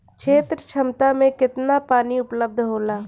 क्षेत्र क्षमता में केतना पानी उपलब्ध होला?